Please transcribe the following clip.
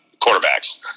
quarterbacks